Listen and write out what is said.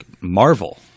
Marvel